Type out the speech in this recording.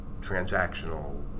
transactional